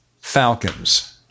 Falcons